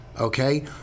okay